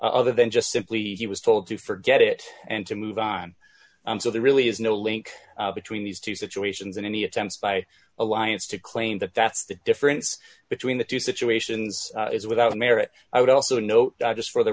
other than just simply he was told to forget it and to move on and so there really is no link between these two situations and any attempts by alliance to claim that that's the difference between the two situations is without merit i would also note just for the